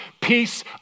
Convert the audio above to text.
Peace